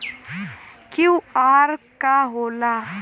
QR का होला?